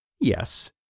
Yes